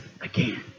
again